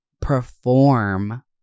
perform